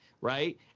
right